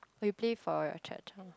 oh you play for your church